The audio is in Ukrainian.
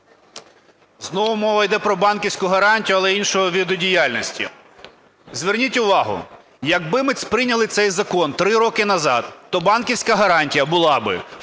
Знову мова іде про банківську гарантію, але іншого виду діяльності. Зверніть увагу, якби ми прийняли цей закон 3 роки назад, то банківська гарантія була би